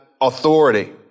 authority